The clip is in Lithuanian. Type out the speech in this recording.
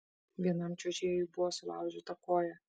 vienam čiuožėjui buvo sulaužyta koja